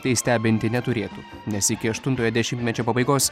tai stebinti neturėtų nes iki aštuntojo dešimtmečio pabaigos